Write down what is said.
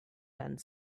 done